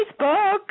Facebook